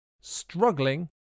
struggling